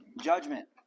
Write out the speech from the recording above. judgment